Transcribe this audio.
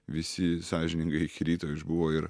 visi sąžiningai iki ryto išbuvo ir